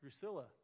Drusilla